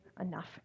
enough